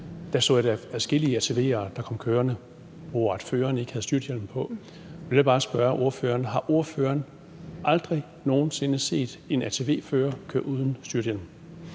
Der så jeg da adskillige ATV'er, der kom kørende, hvor føreren ikke havde styrthjelm på. Jeg vil bare spørge ordføreren: Har ordføreren aldrig nogen sinde set en ATV-fører køre uden styrthjelm?